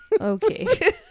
Okay